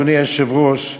אדוני היושב-ראש,